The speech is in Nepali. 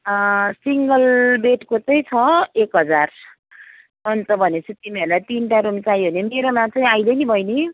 सिङ्गल बेडको चाहिँ छ एक हजार अन्त भनेपछि तिमीहरूलाई तिनवटा रुम चाहियो भने नि तिम्रो मात्रै अहिले नि बैनी